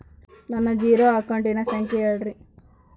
ನನ್ನ ಜೇರೊ ಅಕೌಂಟಿನ ಸಂಖ್ಯೆ ಹೇಳ್ರಿ?